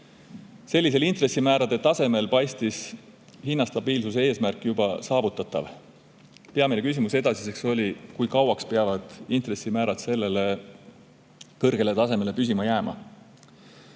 Sellisel intressimäärade tasemel paistis hinnastabiilsuse eesmärk juba saavutatav. Peamine küsimus edasiseks oli, kui kauaks peavad intressimäärad sellele kõrgele tasemele jääma.